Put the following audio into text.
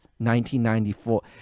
1994